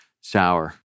sour